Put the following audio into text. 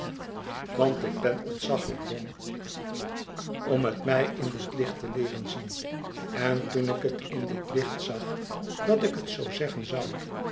het mij in dit lichtte leeren zien en toen ik het in dit licht zag dat ik het ook zoo zeggen zou